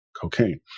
cocaine